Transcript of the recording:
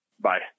Bye